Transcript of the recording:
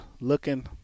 looking